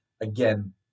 again